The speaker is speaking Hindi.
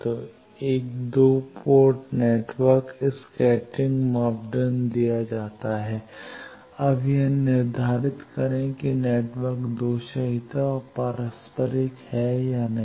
तो एक 2 पोर्ट नेटवर्क स्कैटरिंग मापदंड दिया जाता है अब यह निर्धारित करें कि नेटवर्क दोषरहित और पारस्परिक है या नहीं